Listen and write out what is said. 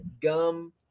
gum